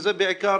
שזה בעיקר